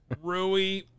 Rui